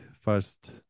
first